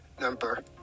number